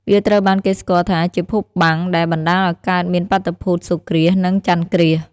វាត្រូវបានគេស្គាល់ថាជាភពបាំងដែលបណ្ដាលឱ្យកើតមានបាតុភូតសូរ្យគ្រាស និងចន្ទគ្រាស។